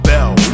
Bell